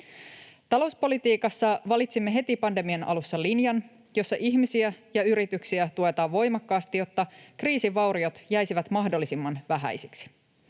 Talouspolitiikassa valitsimme heti pandemian alussa linjan, jossa ihmisiä ja yrityksiä tuetaan voimakkaasti, jotta kriisin vauriot jäisivät mahdollisimman vähäisiksi.